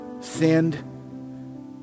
sinned